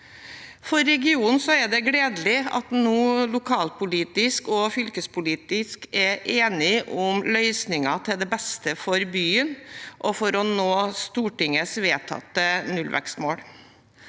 For regionen er det gledelig at en lokalpolitisk og fylkespolitisk nå er enige om løsninger til beste for byen og for å nå Stortingets vedtatte nullvekstmål.